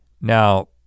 Now